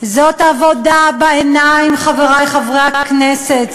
זו עבודה בעיניים, חברי חברי הכנסת.